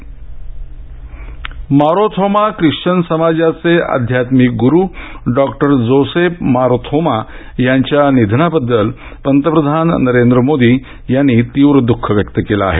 doctor Joseph Marthoma Marthoma Christian समाजाचे आध्यात्मिक गुरू डॉक्टर जोसेफ मारथोमा यांच्या निधनाबद्दल पंतप्रधान नरेंद्र मोदी यांनी तीव्र दुःख व्यक्त केलं आहे